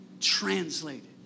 Translated